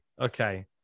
okay